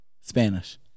Spanish